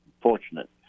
fortunate